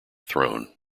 throne